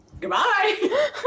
Goodbye